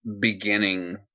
beginning